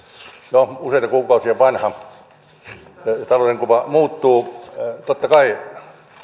jo useita kuukausia vanha ja talouden kuva muuttuu totta kai